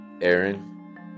Aaron